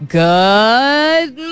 good